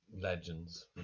Legends